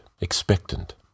expectant